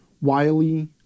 Wiley